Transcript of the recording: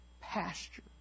pasture